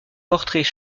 portraits